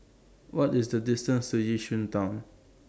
What IS The distance to Yishun Town